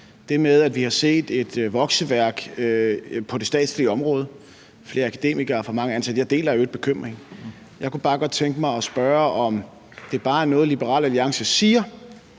det med, at vi har set et vokseværk på det statslige område med flere akademikere og for mange ansatte. Jeg deler i øvrigt bekymringen. Jeg kunne bare godt tænke mig at spørge, om det bare er noget, Liberal Alliance siger,